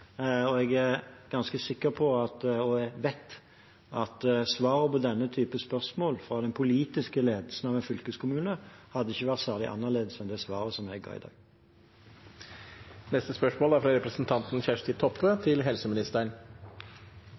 og jeg vet at svaret på denne type spørsmål fra den politiske ledelsen i en fylkeskommune ikke hadde vært særlig annerledes enn det svaret jeg ga i dag. «Ved behandlingen av Legemiddelmeldingen i 2015 fremmet Senterpartiet, etter innspill fra